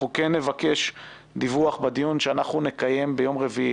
אנחנו כן נבקש דיווח בדיון שנקיים ביום רביעי.